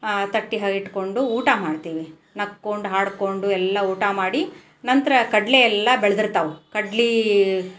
ತಟ್ಟೆ ಹಿಟ್ಕೊಂಡು ಊಟ ಮಾಡ್ತೀವಿ ನಕ್ಕೊಂಡು ಹಾಡಿಕೊಂಡು ಎಲ್ಲ ಊಟ ಮಾಡಿ ನಂತರ ಕಡಲೆ ಎಲ್ಲ ಬೆಳ್ದಿರ್ತಾವೆ ಕಡ್ಲೆ